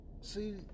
See